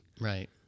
Right